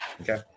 Okay